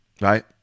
right